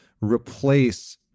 replace